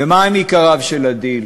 ומה הם עיקריו של הדיל?